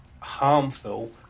Harmful